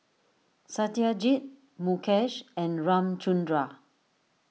Satyajit Mukesh and Ramchundra